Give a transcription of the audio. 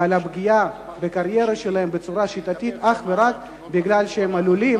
בפגיעה בקריירה שלהם בצורה שיטתית אך ורק משום שהם עלולים,